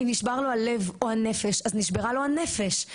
אם נשבר לו הלב או הנפש, אז נשברה לו הנפש.